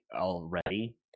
already